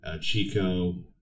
Chico